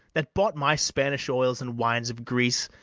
that bought my spanish oils and wines of greece,